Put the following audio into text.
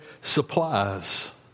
supplies